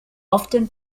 often